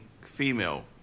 female